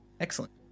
excellent